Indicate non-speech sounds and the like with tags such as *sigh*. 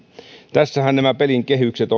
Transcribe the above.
tässähän nämä pelin kehykset *unintelligible*